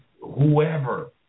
Whoever